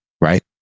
right